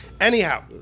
anyhow